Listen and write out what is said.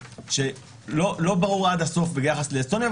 שלא ברור עד הסוף ביחס לאסטוניה,